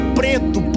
preto